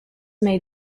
may